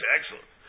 Excellent